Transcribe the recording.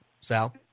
Sal